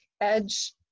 edge